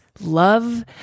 love